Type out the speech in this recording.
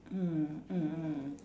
mm mm mm